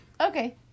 okay